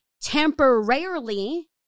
temporarily